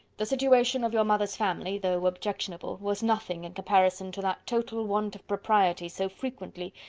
the situation of your mother's family, though objectionable, was nothing in comparison to that total want of propriety so frequently,